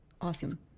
Awesome